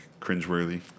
cringeworthy